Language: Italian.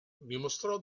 dimostrò